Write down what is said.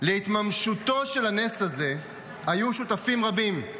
להתממשותו של הנס הזה היו שותפים רבים,